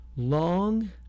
long